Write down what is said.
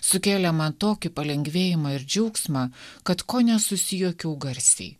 sukelė man tokį palengvėjimą ir džiaugsmą kad ko nesusijuokiau garsiai